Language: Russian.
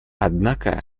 однако